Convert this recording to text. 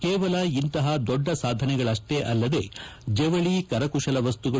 ಕೇವಲ ಇಂತಹ ದೊಡ್ಡ ಸಾಧನೆಗಳಷ್ಷೇ ಅಲ್ಲದೇ ಜವಳಿ ಕರಕುಶಲ ವಸ್ತುಗಳು